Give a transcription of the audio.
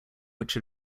which